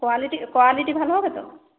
quality quality ভালো হবে তো